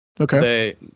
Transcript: Okay